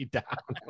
down